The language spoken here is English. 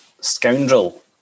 Scoundrel